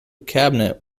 cabinet